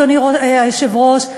אדוני היושב-ראש,